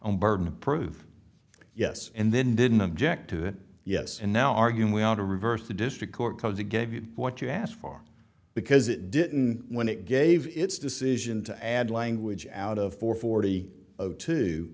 on burden of proof yes and then didn't object to it yes and now arguing we ought to reverse a district court because they gave you what you asked far because it didn't when it gave its decision to add language out of four forty